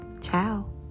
Ciao